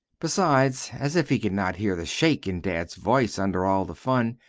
besides, as if he could not hear the shake in dad's voice under all the fun,